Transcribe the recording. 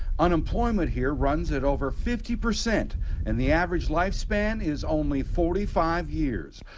unemployment here runs at over fifty percent and the average life span is only forty five years.